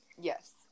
Yes